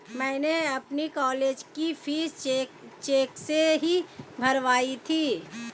मैंने अपनी कॉलेज की फीस चेक से ही भरवाई थी